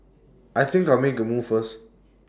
I think I'll make A move first